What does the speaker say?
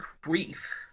grief